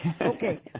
Okay